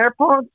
AirPods